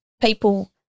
people